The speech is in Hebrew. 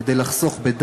כדי לחסוך בדם,